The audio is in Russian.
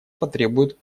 потребует